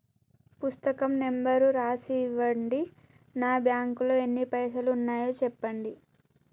పుస్తకం నెంబరు రాసి ఇవ్వండి? నా బ్యాంకు లో ఎన్ని పైసలు ఉన్నాయో చెప్పండి?